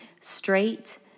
straight